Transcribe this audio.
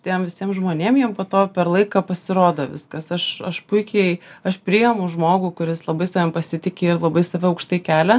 tiem visiem žmonėm jiem po to per laiką pasirodo viskas aš aš puikiai aš priimu žmogų kuris labai savim pasitiki ir labai save aukštai kelia